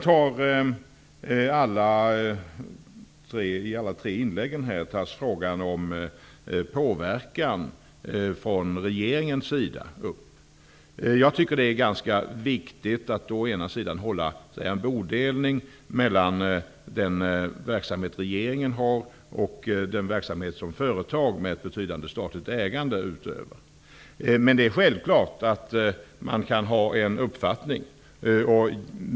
I alla tre inlägg tas frågan om påverkan från regeringen upp. Det är viktigt att göra en bodelning mellan regeringens verksamhet och den verksamhet som företag med ett betydande statligt ägande utövar. Men självfallet får man ha uppfattningar om detta.